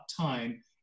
time